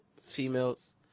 females